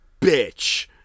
bitch